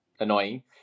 Annoying